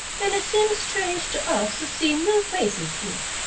and it seems strange to us to see new faces here.